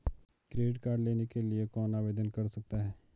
Credit card लेने के लिए कौन आवेदन कर सकता है?